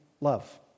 love